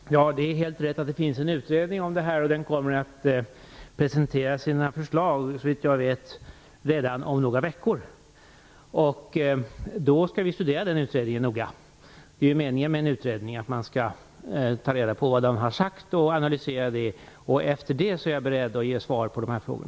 Fru talman! Det är helt riktigt att det pågår en utredning om detta, och den kommer såvitt jag vet att presentera sina förslag redan om några veckor. Vi skall då noga studera dess betänkande. Meningen med en utredning är ju att man skall studera och analysera dess resultat. Efter detta är jag beredd att ge svar på dessa frågor.